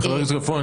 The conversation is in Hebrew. וחבר הכנסת כלפון,